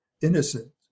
innocent